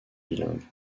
bilingue